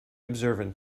observant